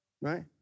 Right